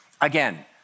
Again